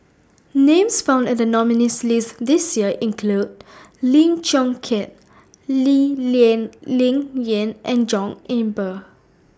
Names found in The nominees' list This Year include Lim Chong Keat Lee Lian Ling Yen and John Eber